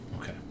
Okay